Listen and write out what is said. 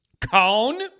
Cone